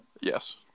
yes